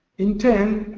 in turn,